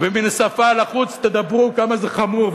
ומן השפה ולחוץ תדברו כמה זה חמור,